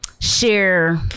Share